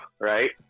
Right